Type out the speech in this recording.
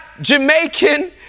Jamaican